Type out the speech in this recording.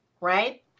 right